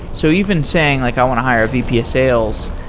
so even saying like i want to hire vp of sales,